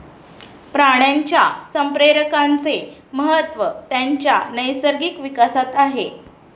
प्राण्यांच्या संप्रेरकांचे महत्त्व त्यांच्या नैसर्गिक विकासात आहे